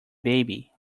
baby